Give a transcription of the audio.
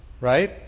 right